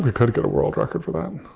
but could get a world record for that.